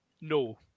no